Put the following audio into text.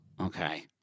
okay